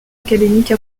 académique